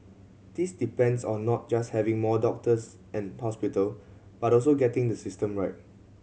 this depends on not just having more doctors and hospital but also getting the system right